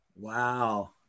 Wow